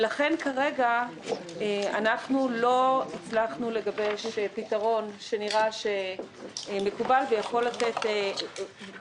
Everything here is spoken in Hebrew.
לכן כרגע אנחנו לא הצלחנו לגבש פתרון שנראה שמקובל ונראה